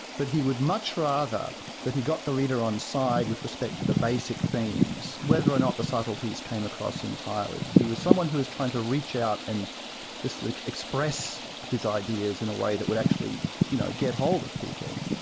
but he would much rather that he got the reader on side with respect to the basic themes, whether or not the subtleties came across entirely. he was someone who was trying to reach out and just express his ideas in a way that would actually, you know, get hold of people.